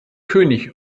könig